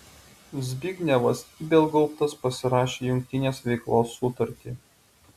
zbignevas ibelgauptas pasirašė jungtinės veiklos sutartį